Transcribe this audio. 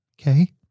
okay